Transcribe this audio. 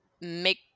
make